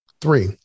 Three